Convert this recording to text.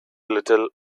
little